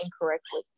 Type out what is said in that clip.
incorrectly